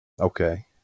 Okay